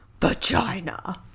vagina